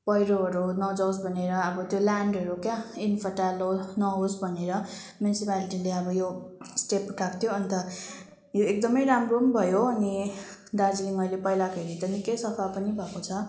पहिरोहरू नजाओस् भनेर अब त्यो ल्यान्डहरू क्या इन्फार्टाइल नहोस् भनेर म्युनिसिपालिटीले अब यो स्टेप उठाएको थियो अन्त यो एकदमै राम्रो पनि भयो अनि दार्जिलिङ अहिले पहिलाको हेरी त निकै सफा पनि भएको छ